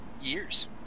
years